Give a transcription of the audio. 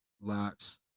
Locks